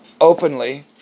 openly